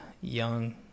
young